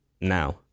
now